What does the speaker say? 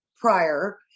prior